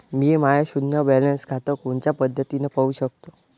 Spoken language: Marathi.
मी माय शुन्य बॅलन्स खातं कोनच्या पद्धतीनं पाहू शकतो?